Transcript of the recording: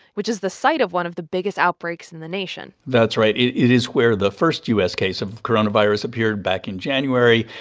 which is the site of one of the biggest outbreaks in the nation that's right. it is where the first u s. case of coronavirus appeared back in january.